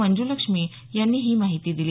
मंजुलक्ष्मी यांनी ही माहिती दिली